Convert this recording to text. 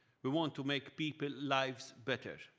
we want to make people's lives better.